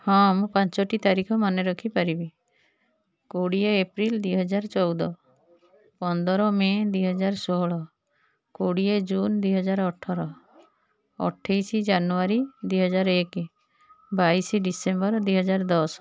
ହଁ ମୁଁ ପାଞ୍ଚଟି ତାରିଖ ମନେ ରଖିପାରିବି କୋଡ଼ିଏ ଏପ୍ରିଲ୍ ଦୁଇ ହଜାର ଚଉଦ ପନ୍ଦର ମେ' ଦୁଇ ହଜାର ଷୋହଳ କୋଡ଼ିଏ ଜୁନ୍ ଦୁଇ ହଜାର ଅଠର ଅଠେଇଶ ଜାନୁୟାରୀ ଦୁଇ ହଜାର ଏକ ବାଇଶ ଡିସେମ୍ବର ଦୁଇ ହଜାର ଦଶ